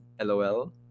LOL